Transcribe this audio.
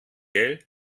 gell